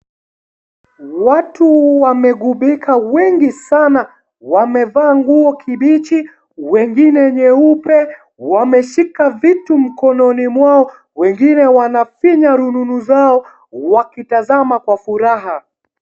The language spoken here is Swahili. Watu wamegubika wengi sana. Wamevaa nguo kibichi, wengine nyeupe. Wameshika vitu mkononi mwao, wengine wanafinya rununu zao wakitazama kwa furaha.